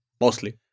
Mostly